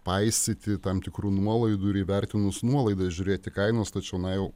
paisyti tam tikrų nuolaidų ir įvertinus nuolaidas žiūrėti kainos tačiau na jau